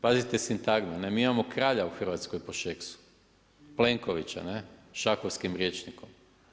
Pazite sintagmu, ne mi imamo kralja u Hrvatskoj po Šeksu, Plenkovića, šahovskim rječnikom.